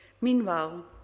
Meanwhile